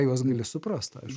juos gali suprast aišku